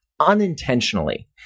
unintentionally